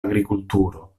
agrikulturo